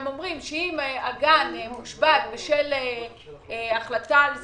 הם אומרים שאם הגן יושבת בשל החלטה על סגר,